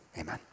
Amen